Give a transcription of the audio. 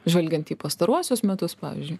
žvelgiant į pastaruosius metus pavyzdžiui